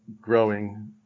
growing